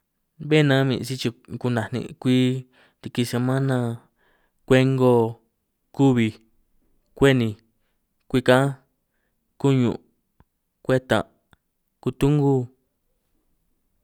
Bé nan min sichu' ku'naj nin' kwi riki semana kwe'ngo, kubij, kweninj, kwi ka'anj, kuñun', kwetan', kutungu.